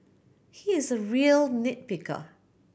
he is a real nit picker